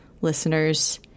listeners